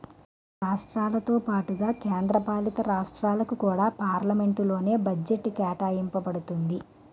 రాష్ట్రాలతో పాటుగా కేంద్ర పాలితరాష్ట్రాలకు కూడా పార్లమెంట్ లోనే బడ్జెట్ కేటాయింప బడుతుంది